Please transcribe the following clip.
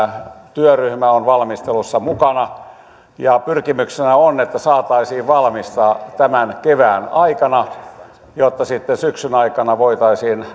työryhmä on valmistelussa mukana ja pyrkimyksenä on että saataisiin valmista tämän kevään aikana jotta sitten syksyn aikana voitaisiin